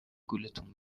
گولتون